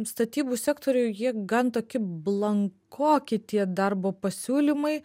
statybų sektoriuj jie gan tokie blankoki tie darbo pasiūlymai